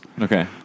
Okay